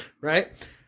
Right